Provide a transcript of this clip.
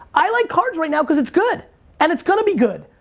i like cards right now cause it's good and it's gonna be good!